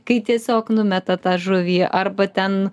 kai tiesiog numeta tą žuvį arba ten